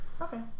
Okay